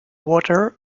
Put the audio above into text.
water